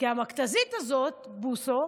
כי המכת"זית הזאת, בוסו,